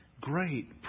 great